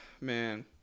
man